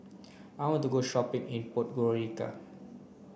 I want to go shopping in Podgorica